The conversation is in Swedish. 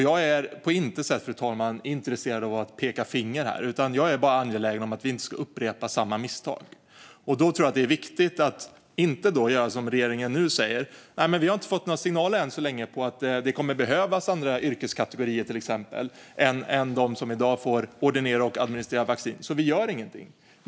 Jag är på intet sätt, fru talman, intresserad av att peka finger här, utan jag är bara angelägen om att vi inte ska upprepa samma misstag. Då tror jag att det är viktigt att inte säga som regeringen nu gör, att de än så länge inte har fått några signaler om att det kommer att behövas andra yrkeskategorier, till exempel, än de som i dag får ordinera och administrera vaccin och att de därför inte gör något.